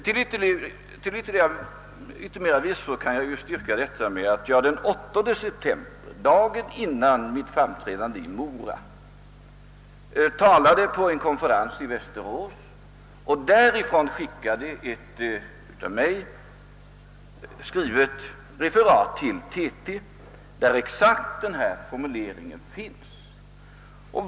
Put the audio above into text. Till yttermera visso kan jag styrka detta med att jag den 8 september, dagen före mitt framträdande i Mora, talade på en konferens i Västerås och därifrån till TT skickade ett av mig skrivet referat där exakt denna formulering finns.